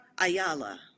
ayala